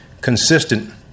consistent